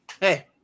hey